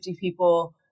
people